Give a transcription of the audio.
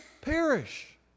perish